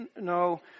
No